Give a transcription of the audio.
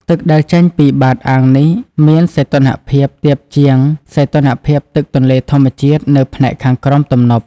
ទឹកដែលចេញពីបាតអាងនេះមាន សីតុណ្ហភាពទាបជាង សីតុណ្ហភាពទឹកទន្លេធម្មជាតិនៅផ្នែកខាងក្រោមទំនប់។